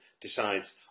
decides